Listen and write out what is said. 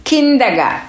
Kindaga